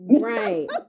Right